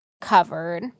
covered